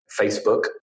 Facebook